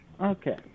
Okay